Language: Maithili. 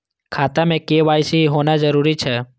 खाता में के.वाई.सी होना जरूरी छै?